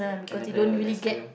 Canada Alaska